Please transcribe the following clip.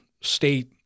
state